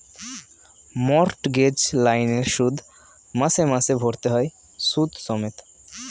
mortgage লোনের শোধ মাসে মাসে ভরতে হয় সুদ সমেত